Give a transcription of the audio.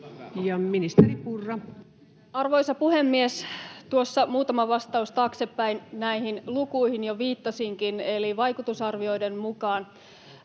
Content: Arvoisa puhemies! Tuossa muutama vastaus taaksepäin näihin lukuihin jo viittasinkin, eli vaikutusarvioiden mukaan